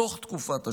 בתוך תקופת השמירה,